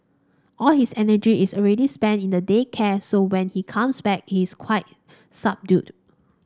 all his energy is already spent in the day care so when he comes back he is quite subdued